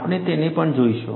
આપણે તેમને પણ જોઈશું